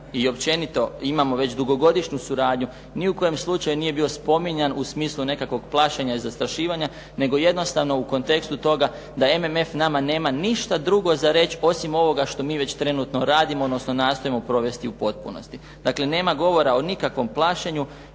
i općenito imamo već dugogodišnju suradnju ni u kojem slučaju nije bio spominjan u smislu nekakvog plašenja i zastrašivanja, nego jednostavno u kontekstu toga da MMF nama nema ništa drugo za reći osim ovoga što mi već trenutno radimo, odnosno nastojimo provesti u potpunosti. Dakle, nema govora o nikakvom plašenju